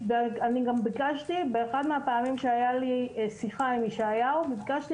ביקשתי באחת הפעמים ששוחחתי עם ישעיהו בקשתי